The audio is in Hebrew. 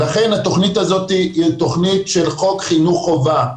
לכן התוכנית הזאת היא תוכנית של חוק חינוך חובה.